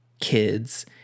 kids